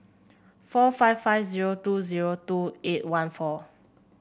four five five zero two zero two eight one four